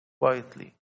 quietly